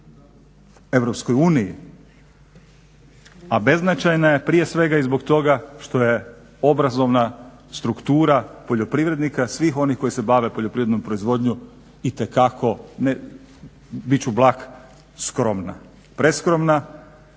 beznačajna u EU a beznačajna je prije svega i zbog toga što je obrazovna struktura poljoprivrednika, svih onih koji se bave poljoprivrednom proizvodnjom itekako, bit ću blag, skromna, preskromna.